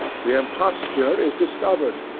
the imposture is discovered,